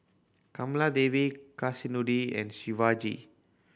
Kamaladevi Kasinadhuni and Shivaji